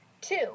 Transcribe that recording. Two